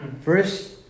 First